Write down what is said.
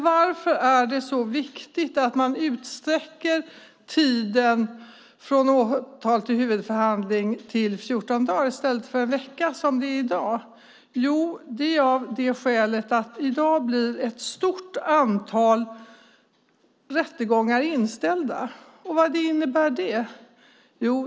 Varför är det så viktigt att man utsträcker tiden från åtal till huvudförhandling till 14 dagar i stället för att den ska vara en vecka, som det är i dag? Det beror på att ett stort antal rättegångar i dag blir inställda.